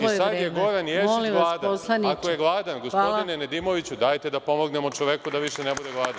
I, sada je Goran Ješić gladan, ako je gladan, gospodine Nedimoviću dajte da pomognemo čoveku da više ne bude gladan.